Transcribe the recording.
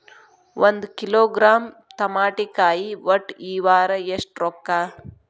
ಒಂದ್ ಕಿಲೋಗ್ರಾಂ ತಮಾಟಿಕಾಯಿ ಒಟ್ಟ ಈ ವಾರ ಎಷ್ಟ ರೊಕ್ಕಾ?